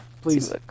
Please